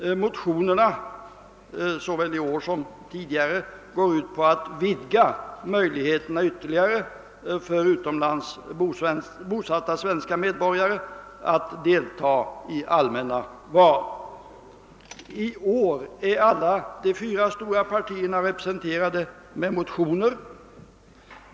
Motionerna såväl i år som tidigare går ut på att ytterligare vidga möjligheterna för utomlands bosatta svenska medborgare att delta i allmänna val. I år är alla de fyra stora partierna representerade med motioner.